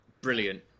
brilliant